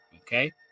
okay